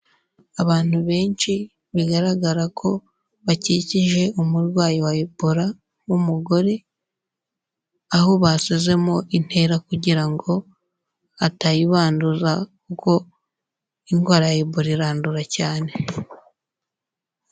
Abantu benshi bigaragara ko bakikije umurwayi wa ebola w'umugore, aho bashyizemo intera kugira ngo atayibanduza kuko indwara ya ebola irandura cyane.